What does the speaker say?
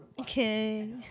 okay